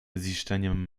ziszczeniem